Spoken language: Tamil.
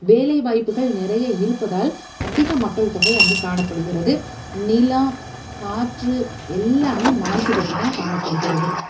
வேலைவாய்ப்புகள் நிறைய இருப்பதால் அதிக மக்கள் தொகை அங்கு காணப்படுகிறது நிலம் காற்று எல்லாம் மாசுபட்டு தான் காணப்படுகிறது